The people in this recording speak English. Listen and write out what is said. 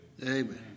Amen